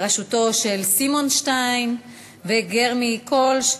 בראשות סיימור שטיין וג'רמי הולש,